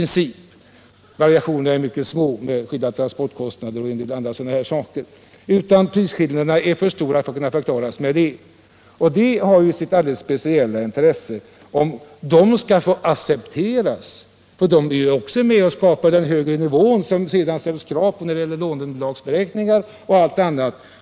De små variationer som förekommer i skilda transportkostnader m.m. är obetydliga. Prisskillnaderna är för stora för att kunna förklaras med det. De rådande förhållandena bör inte accepteras, för de bidrar till att skapa den högre nivå, som det sedan ställs krav på när det gäller låneunderlagsberäkningar och annat.